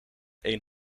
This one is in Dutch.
een